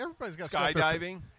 Skydiving